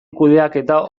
kudeaketa